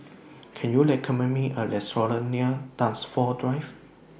Can YOU recommend Me A Restaurant near Dunsfold Drive